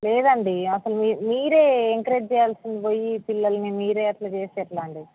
లేదండి అసలు మీరు మీరు ఎన్కరెజ్ చేయాల్సింది పోయి పిల్లల్ని మీరే అట్లా చేస్తే ఎట్లా అండి